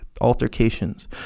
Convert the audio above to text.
altercations